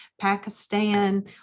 Pakistan